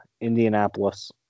Indianapolis